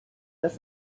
dass